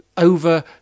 Over